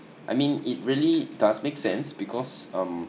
I mean it really does make sense because um